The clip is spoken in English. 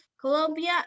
Colombia